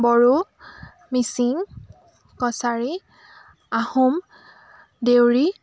Bodo Mising Kachari Ahom Deori